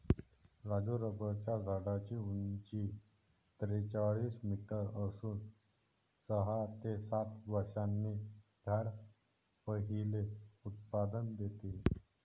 राजू रबराच्या झाडाची उंची त्रेचाळीस मीटर असून सहा ते सात वर्षांनी झाड पहिले उत्पादन देते